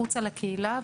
החוצה לקהילה,